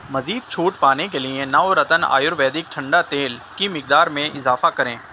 مزید چھوٹ پانے کے لیے نورتن آیورویدک ٹھنڈا تیل کی مقدار میں اضافہ کریں